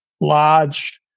large